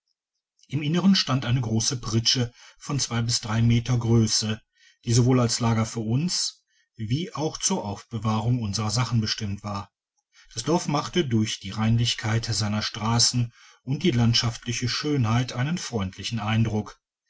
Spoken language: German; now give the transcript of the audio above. im inneren stand eine grosse pritsche von zwei bis drei meter größe die sowohl als lager für uns wie auch zur aufbewahrung unserer sachen bestimmt war das dorf machte durch die reinlichkeit seiner strassen und die landschaftliche schönheit einen freundlichen eindruck